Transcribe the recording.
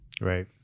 Right